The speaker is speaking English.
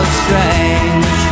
strange